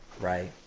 right